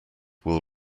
will